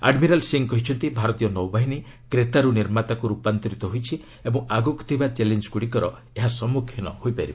admiral Singh କହିଛନ୍ତି ଭାରତୀୟ ନୌବାହିନୀ କ୍ରେତାରୁ ନିର୍ମାତାକୁ ରୂପାନ୍ତରିତ ହୋଇଛି ଏବଂ ଆଗକୁ ଥିବା ଚ୍ୟାଲେଞ୍ଜଗୁଡ଼ିକର ଏହା ସମ୍ମୁଖୀନ ହୋଇପାରିବ